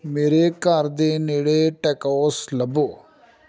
ਮੇਰੇ ਘਰ ਦੇ ਨੇੜੇ ਟੈਕੋਸ ਲੱਭੋ